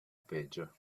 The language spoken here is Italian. peggio